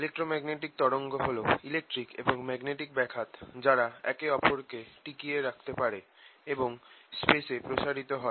electromagnetic তরঙ্গ হল electric এবং ম্যাগনেটিক ব্যাঘাত যারা একে ওপরকে টিকিয়ে রাখতে পারে এবং স্পেসে প্রসারিত হয়